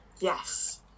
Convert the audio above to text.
Yes